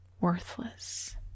worthless